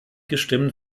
gestimmt